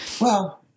Well-